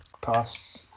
pass